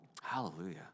Hallelujah